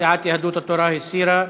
סיעת יהדות התורה הסירה.